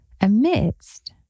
Amidst